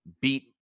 beat